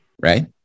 Right